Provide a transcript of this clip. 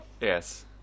Yes